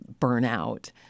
burnout